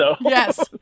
Yes